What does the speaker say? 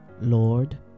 lord